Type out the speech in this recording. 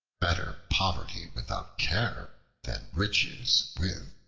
better poverty without care, than riches with.